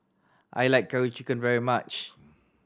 I like Curry Chicken very much